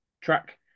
track